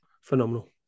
Phenomenal